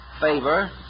favor